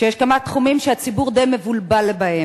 שיש כמה תחומים שהציבור די מבולבל בהם.